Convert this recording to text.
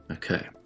Okay